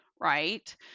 right